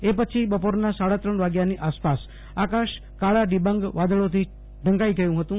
એ પછી બપોરનાં સાડા ત્રણ વાગ્યાની આસપાસ આકાશ માં કાળા ડીબાંગ વાદળોથી ઘેરાઈ ગયું ફતું